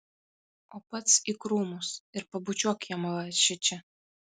o pats į krūmus ir pabučiuok jam va šičia